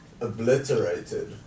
obliterated